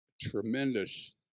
tremendous